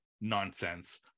nonsense